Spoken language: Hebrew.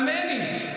על מני,